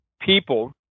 people